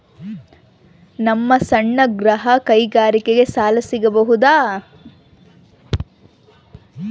ನಮ್ಮ ಸಣ್ಣ ಗೃಹ ಕೈಗಾರಿಕೆಗೆ ಸಾಲ ಸಿಗಬಹುದಾ?